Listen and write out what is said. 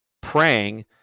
Praying